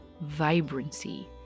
vibrancy